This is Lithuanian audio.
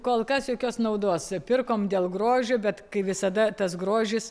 kol kas jokios naudos pirkom dėl grožio bet kai visada tas grožis